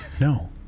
No